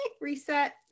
reset